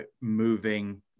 moving